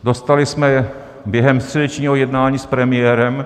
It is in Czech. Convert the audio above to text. Dostali jsme během středečního jednání s premiérem...